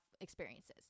experiences